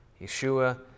Yeshua